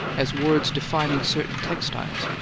as words defining certain textiles,